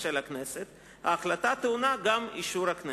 של הכנסת ההחלטה טעונה גם אישור הכנסת.